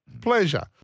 Pleasure